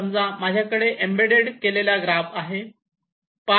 समजा माझ्याकडे एम्बेड केलेला ग्राफ आहे